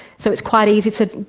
so it's quite easy to,